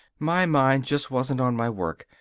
my mind just wasn't on my work.